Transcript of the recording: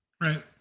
Right